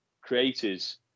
creators